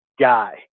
guy